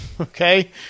okay